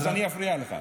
אז אני אפריע לך.